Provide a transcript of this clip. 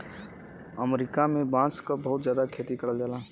अमरीका में बांस क बहुत जादा खेती करल जाला